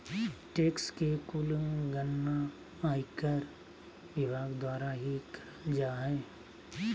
tax के कुल गणना आयकर विभाग द्वारा ही करल जा हय